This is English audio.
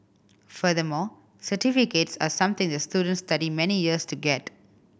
furthermore certificates are something that students study many years to get